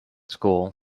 school